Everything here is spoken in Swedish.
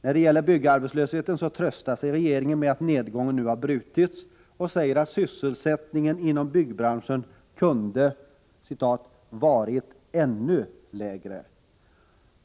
När det gäller byggarbetslösheten tröstar sig regeringen med att nedgången nu har brutits och säger att sysselsättningen inom byggbranschen kunde ”varit ännu lägre”.